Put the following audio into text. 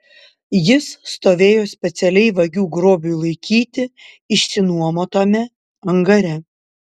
jis stovėjo specialiai vagių grobiui laikyti išsinuomotame angare